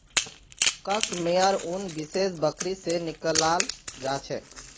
कश मेयर उन विशेष बकरी से निकलाल जा छे